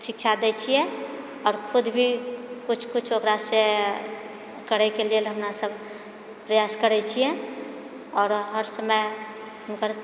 शिक्षा दए छियै आओर खुद भी किछु किछु ओकरासे करै कऽ लेल हमरा सभ प्रयास करै छियै आरो हर समय हुनकर